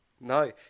No